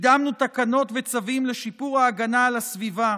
קידמנו תקנות וצווים לשיפור ההגנה על הסביבה,